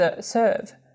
serve